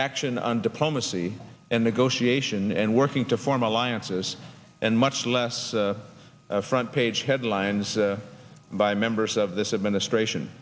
action on diplomacy and negotiation and working to form alliances and much less front page headlines by members of this administration